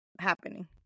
happening